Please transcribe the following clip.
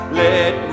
let